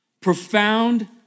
profound